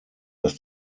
dass